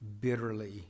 bitterly